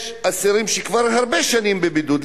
יש אסירים שכבר הרבה שנים בבידוד.